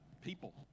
people